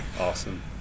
Awesome